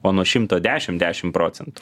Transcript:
o nuo šimto dešim dešim procentų